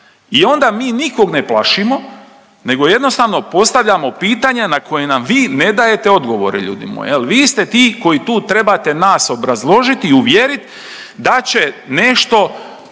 I onda mi nikog ne plašimo nego jednostavno postavljamo pitanja na koje nam vi ne dajete odgovore, ljudi moji. Vi ste ti koji tu trebate nas obrazložiti i uvjerit da će nešto